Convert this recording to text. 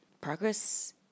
progress